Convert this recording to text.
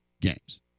games